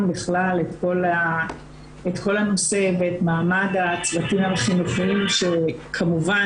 בכלל את כל הנושא ואת מעמד הצוותים החינוכיים שכמובן